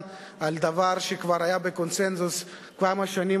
על דבר שכבר היה בקונסנזוס כמה שנים,